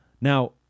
Now